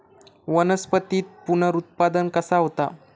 वनस्पतीत पुनरुत्पादन कसा होता?